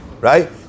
right